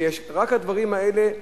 רק הדברים האלה,